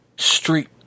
street